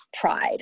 pride